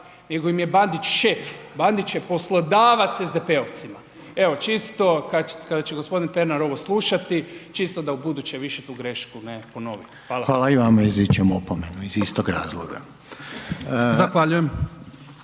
nego im je Bandić šef, Bandić je poslodavac SDP-ovcima, evo čisto kada će g. Pernar ovo slušati, čisto da ubuduće više tu grešku ne ponovi. Hvala. **Reiner, Željko (HDZ)** Hvala i vama